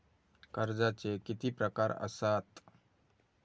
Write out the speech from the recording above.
कर्जाचे किती प्रकार असात?